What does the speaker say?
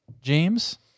James